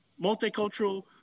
multicultural